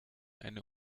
eine